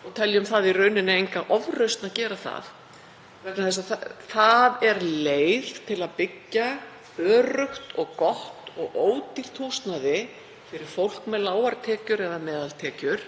við teljum í rauninni enga ofrausn að gera það vegna þess að það er leið til að byggja öruggt og gott og ódýrt húsnæði fyrir fólk með lágar tekjur eða meðaltekjur,